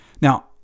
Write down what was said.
now